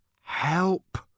help